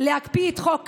להקפיא את חוק קמיניץ.